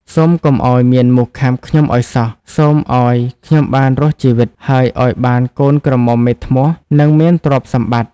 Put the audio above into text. សូមកុំឲ្យមានមូសខាំខ្ញុំឲ្យសោះ សូមឲ្យខ្ញុំបានរស់ជីវិត ហើយឲ្យបានកូនក្រមុំមេធ្នស់ និងមានទ្រព្យសម្បត្តិ។